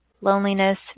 loneliness